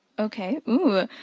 okay, ooh.